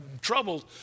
troubled